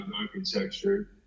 architecture